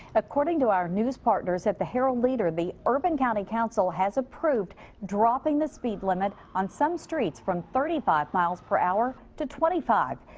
according to our news partners at the herald leader. the urban county council has approved dropping the speed limit on some streets from thirty five miles per hour. to twenty five.